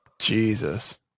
Jesus